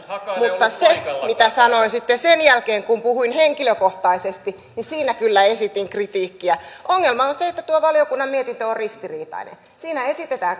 mutta siinä mitä sanoin sitten sen jälkeen kun puhuin henkilökohtaisesti kyllä esitin kritiikkiä ongelma on se että tuo valiokunnan mietintö on ristiriitainen siinä esitetään